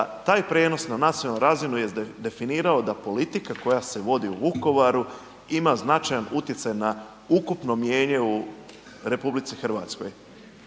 taj prijenos na nacionalnu razinu jest definirao da politika koja se vodi u Vukovaru ima značajan utjecaj na ukupno mnijenje u RH.